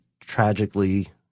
tragically